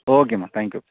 ஓகேம்மா thank you